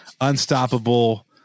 unstoppable